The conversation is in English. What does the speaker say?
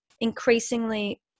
increasingly